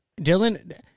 Dylan